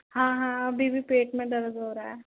हाँ हाँ अभी भी पेट में दर्द हो रहा है